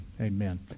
Amen